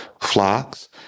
flocks